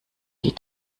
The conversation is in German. die